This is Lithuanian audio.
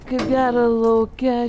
kaip gera lauke